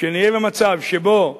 שנהיה במצב שבו,